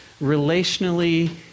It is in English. relationally